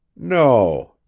no!